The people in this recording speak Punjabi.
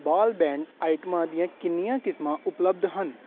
ਵਾਲ ਬੈਂਡ ਆਈਟਮਾਂ ਦੀਆਂ ਕਿੰਨੀਆਂ ਕਿਸਮਾਂ ਉਪਲੱਬਧ ਹਨ